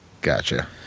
Gotcha